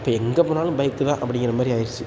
இப்போ எங்கே போனாலும் பைக்கு தான் அப்படிங்கிற மாதிரி ஆயிருச்சு